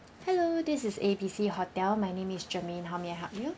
hello this is A B C hotel my name is germaine how may I help you